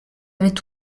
avaient